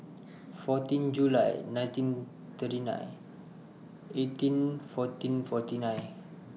fourteen July nineteen thirty nine eighteen fourteen forty nine